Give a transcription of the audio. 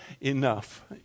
enough